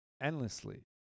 endlessly